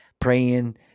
praying